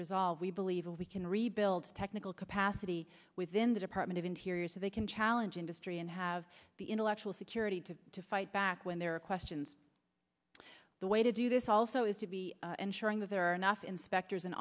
resolved we believe we can rebuild technical capacity within the department of interior so they can challenge industry and have the intellectual security to to fight back when there are questions the way to do this also is to be ensuring that there are enough inspectors in